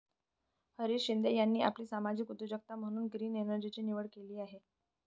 हरीश शिंदे यांनी आपली सामाजिक उद्योजकता म्हणून ग्रीन एनर्जीची निवड केली आहे